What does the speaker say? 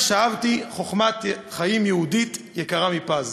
שאבתי חוכמת חיים יהודית יקרה מפז.